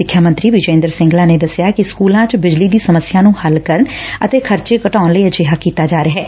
ਸਿੱਖਿਆ ਮੰਤਰੀ ਵਿਜੈ ਇੰਦਰ ਸਿੰਗਲਾ ਨੇ ਦਸਿਆ ਕਿ ਸਕੂਲਾਂ ਚ ਬਿਜਲੀ ਦੀ ਸਮੱਸਿਆ ਨੂੰ ਹੱਲ ਕਰਨ ਅਤੇ ਖਰਚੇ ਘਟਾਉਣ ਲਈ ਅਜਿਹਾ ਕੀਤਾ ਜਾ ਰਿਹੈ